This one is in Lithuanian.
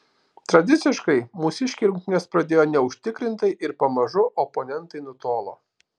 tradiciškai mūsiškiai rungtynes pradėjo neužtikrintai ir pamažu oponentai nutolo